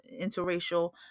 interracial